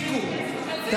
תפסיקו עם שנאת החרדים הזאת.